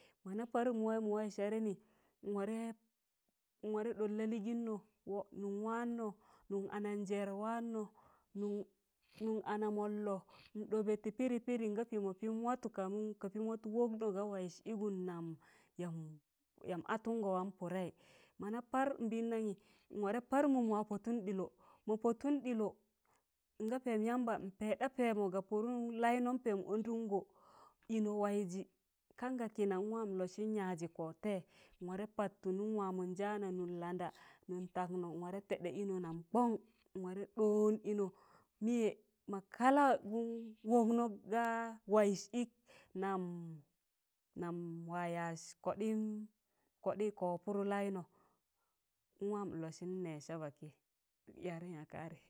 mọna par mụwaị mụwaị sẹrịnị nwarẹ dọt lalịịgịnnọ nụm waannọ nụm ana mọl waannọ nụm ananjẹẹr waanọ nụm ana mọllọ n dọbẹ tị pịdị pịdị ṇa pịịmọ pịịm watụ ka pịịm watụ wọknọ gaa waịz ịgụm nam yamb atụnọ watọn pụdẹị mọna par nbịịndamị npar mụm mọ wat wa pọtụn dịlọ mọ pọtụn dịlọ ṇaa pẹẹm yamba n paịda pẹẹmọ ga pụụrụ laị nọm pẹẹm ọndụnọ ịnọ waịzị kan ga kịna a wam n lọsịn yaazị kọ taịyẹị n warẹ pattụ nụm waamọn jaana nụm landa nụm tagnọ n warẹ tẹ' ḍẹ ịnọ nam kọn n warẹ ḍọọn ịnọ mịyẹ mọ kalawụ nụm wọknọ gaa waịz ịk nam nam wa yaaz kọɗịm. ko pụụrụ laịnọ n wam n lọsịn nee saba kị.